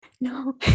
No